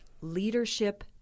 leadership